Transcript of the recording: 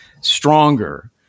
stronger